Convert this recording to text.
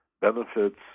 benefits